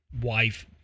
wife